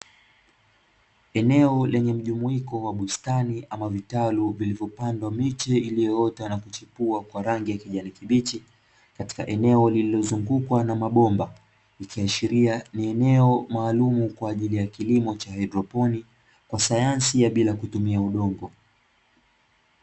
Eneo lenye mjumuiko wa bustani ama vitalu vilivyopandwa miche iliyoota na kuchukua rangi ya kijani kibichi katika eneo lililozungukwa na mabomba ni kiashiria ni eneo maalum kwa ajili ya kilimo cha hydroponic kwa sayansi ya bila kutumia udongo.